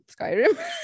Skyrim